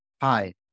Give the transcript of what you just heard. Hi